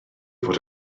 fod